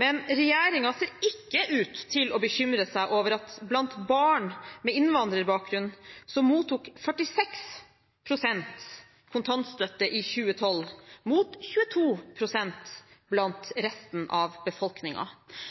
Men regjeringen ser ikke ut til å bekymre seg over at blant barn med innvandrerbakgrunn mottok 46 pst. kontantstøtte i 2012, mot 22 pst. blant resten av